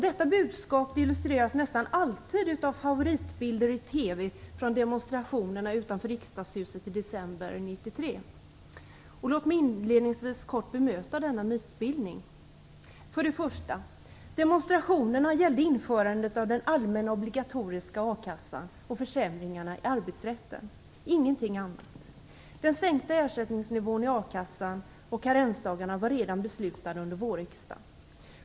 Detta budskap illustreras nästan alltid av favoritbilder i TV från demonstrationerna utanför Låt mig inledningsvis kort bemöta denna mytbildning. För det första gällde demonstrationerna införandet av den allmänna obligatoriska a-kassan och försämringarna i arbetsrätten, ingenting annat. Den sänkta ersättningsnivån i a-kassan och karensdagarna var redan beslutade under vårriksdagen.